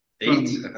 Eight